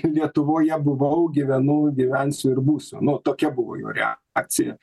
lietuvoje buvau gyvenau gyvensiu ir būsiu nu tokia buvo jo reakcija